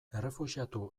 errefuxiatu